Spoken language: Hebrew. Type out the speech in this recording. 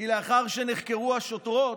כי לאחר שנחקרו השוטרות,